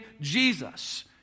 Jesus